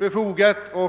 befogat.